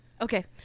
Okay